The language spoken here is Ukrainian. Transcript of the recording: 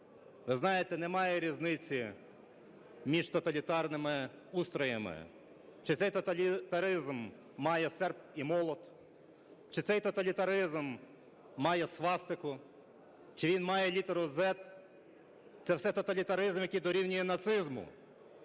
Ви знаєте, немає різниці між тоталітарними устроями, чи цей тоталітаризм має серп і молот, чи цей тоталітаризм має свастику, чи він має літеру Z – це все тоталітаризм, який дорівнює нацизму.